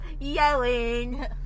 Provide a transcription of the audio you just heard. yelling